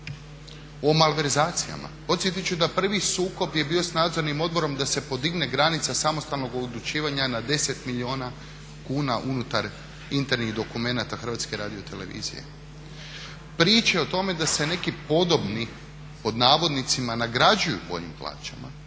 O malverzacijama. Podsjetiti ću da prvi sukob je bio s nadzornim odborom da se podigne granica samostalnog odlučivanja na 10 milijuna kuna unutar internih dokumenata Hrvatske radiotelevizije. Priče o tome da se neki podobni pod navodnicima nagrađuju boljim plaćama